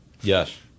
Yes